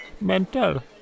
Mental